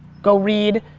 go read.